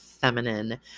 feminine